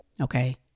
Okay